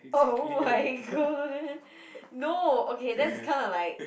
oh-my-god no okay that's kinda like